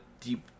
deep